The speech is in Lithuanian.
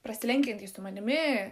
prasilenkiantys su manimi